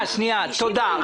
תודה.